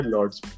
Lords